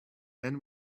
then